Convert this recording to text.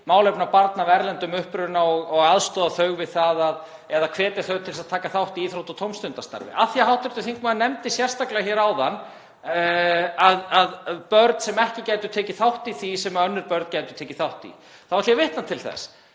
málefna barna af erlendum uppruna og aðstoða þau við eða hvetja þau til að taka þátt í íþrótta- og tómstundastarfi. Af því að hv. þingmaður nefndi sérstaklega hér áðan að börn sem ekki gætu tekið þátt í því sem önnur börn geta tekið þátt í ætla ég vitna til þess